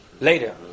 later